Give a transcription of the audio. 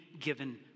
given